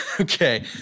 Okay